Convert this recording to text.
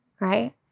right